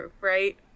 right